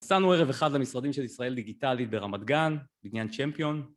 נסענו ערב אחד למשרדים של ישראל דיגיטלית ברמת גן, בבניין צ'מפיון.